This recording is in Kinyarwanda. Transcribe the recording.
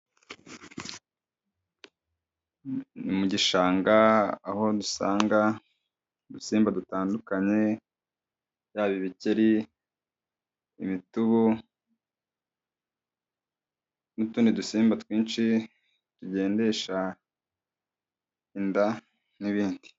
Mu gishanga aho dusanga udusimba dutandukanye byaba ibikeri, imitubu n'utundi dusimba twinshi tugendesha inda n'ibindi.